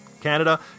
Canada